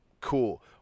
Cool